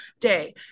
day